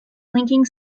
linking